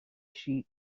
sheet